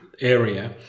area